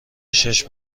شیش